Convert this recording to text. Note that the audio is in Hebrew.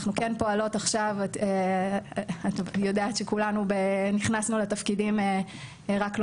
את יודעת שכולנו נכנסנו לתפקידים רק לא